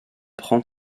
prend